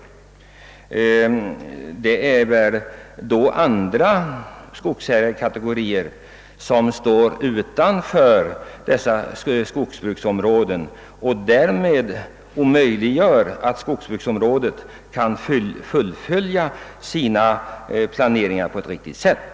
I så fall är det väl andra skogsägarekategorier :som »står utanför dessa skogsbruksområden som omöjliggör att skogsbruksområdet kan fullfölja sin planering på ett riktigt sätt.